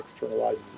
externalizes